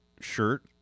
shirt